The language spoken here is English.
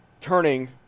Turning